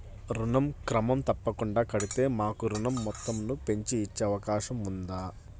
ఋణం క్రమం తప్పకుండా కడితే మాకు ఋణం మొత్తంను పెంచి ఇచ్చే అవకాశం ఉందా?